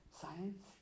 science